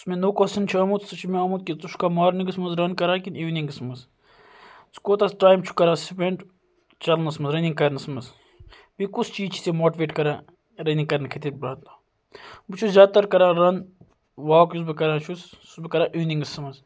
یُس مےٚ نوٚو کوٚسشَن چھُ آمُت سُہ چھُ مےٚ آمُت کہِ ژٕ چھُکھا مارنِنٛگَس مَنٛز رَن کَران کِنہٕ اِونِنٛگَس مَنٛز ژٕ کوٗتاہ ٹایم چھُکھ کَران سپیٚنڈ چَلنَس مَنٛز رَنِنٛگ کَرنَس مَنٛز یہِ کُس چیٖز چھُے ژےٚ ماٹِویٹ کَران رَنِنٛگ کَرنہٕ خٲطرٕ پرٛٮ۪تھ دۄہ بہٕ چھُس زیادٕ تَر کَران رَن واک یُس بہٕ کَران چھُس سُہ چھُس بہٕ کَران اِونِنٛگَس مَنٛز